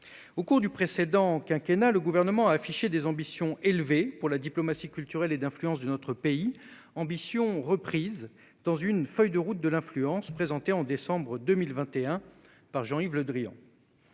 Au cours du précédent quinquennat, le Gouvernement a affiché des ambitions élevées pour la diplomatie culturelle et d'influence de notre pays, ambitions reprises dans une « feuille de route de l'influence » présentée au mois de décembre 2021 par Jean-Yves Le Drian.